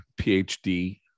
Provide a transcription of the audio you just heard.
PhD